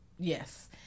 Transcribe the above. Yes